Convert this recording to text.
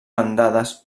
bandades